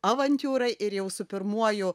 avantiūrai ir jau su pirmuoju